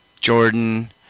Jordan